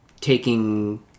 taking